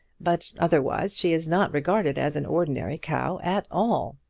but otherwise she is not regarded as an ordinary cow at all.